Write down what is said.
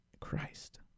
Christ